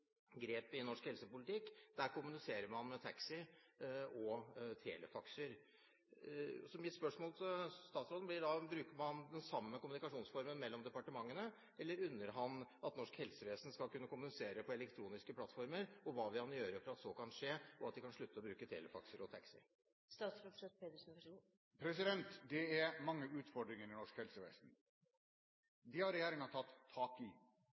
grep i norsk helsepolitikk. Der kommuniserer man med taxi og telefakser. Så mitt spørsmål til statsråden blir da: Bruker man den samme kommunikasjonsformen mellom departementene, eller unner han norsk helsevesen å kunne kommunisere på elektroniske plattformer? Og hva vil han gjøre for at så kan skje, så de kan slutte å bruke telefakser og taxi? Det er mange utfordringer i norsk helsevesen. Disse har regjeringen tatt tak i,